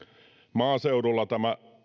maaseudulla tämä